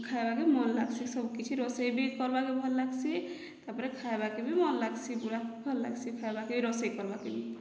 ଖାଇବାକେ ମନ ଲାଗସି ସବୁକିଛି ରୋଷେଇ ବି କରିବାକେ ଭଲ ଲାଗସି ତାପରେ ଖାଇବାକେ ବି ଭଲ ଲାଗସି ପୁରା ଭଲ ଲାଗସି ଖାଇବାକେ ବି ରୋଷେଇ କରିବାକେ ବି